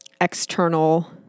external